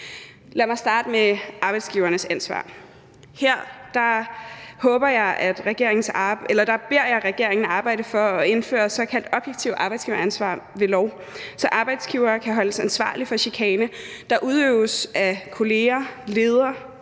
Lad mig starte med arbejdsgivernes ansvar. Her beder jeg regeringen arbejde for at indføre såkaldt objektivt arbejdsgiveransvar ved lov, så arbejdsgivere kan holdes ansvarlige for chikane, der udøves af kolleger, ledere,